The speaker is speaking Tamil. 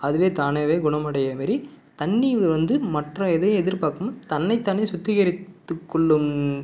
அதுவே தானாகவே குணமடைகிற மாதிரி தண்ணீர் வந்து மற்ற எதையும் எதிர்பார்க்காமல் தன்னைத் தானே சுத்திகரித்துக்கொள்ளும்